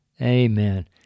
Amen